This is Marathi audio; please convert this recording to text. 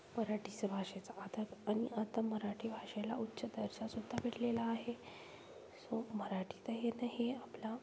मराठीचं भाषेचं आता आणि आता मराठी भाषेला उच्च दर्जासुद्धा भेटलेला आहे सो मराठी तर येणं हे आपला